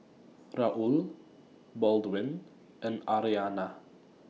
Raul Baldwin and Aryana